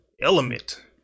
element